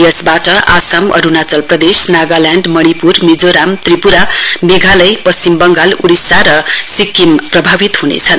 यसबाट आसाम अरूणाञ्चल प्रदेश नागाल्याण्ड मणिप्र मिजोरम त्रिप्रा मेघालय पश्चिम बंगाल र उडिसा र सिक्किम प्रभावित ह्नेछन्